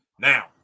Now